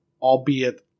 albeit